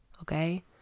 okay